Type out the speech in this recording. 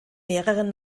mehreren